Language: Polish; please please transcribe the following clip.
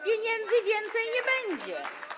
Pieniędzy więcej nie będzie.